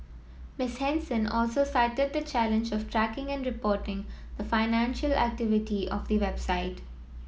Miss Henson also cited the challenge of tracking and reporting the financial activity of the website